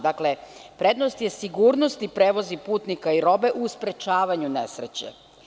Dakle, prednost je sigurnosti prevoza putnika i robe u sprečavanju nesreće.